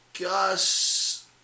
Gus